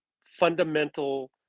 fundamental